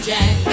Jack